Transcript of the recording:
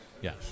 Yes